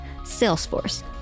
Salesforce